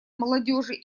молодежи